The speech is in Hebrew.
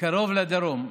בקרוב לדרום.